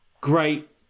great